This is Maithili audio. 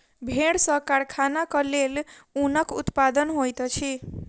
भेड़ सॅ कारखानाक लेल ऊनक उत्पादन होइत अछि